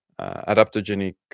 adaptogenic